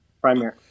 Primary